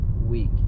week